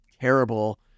terrible